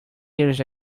years